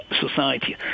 society